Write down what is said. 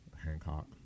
Hancock